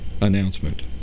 announcement